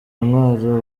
intwaro